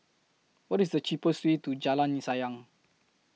What IS The cheapest Way to Jalan Sayang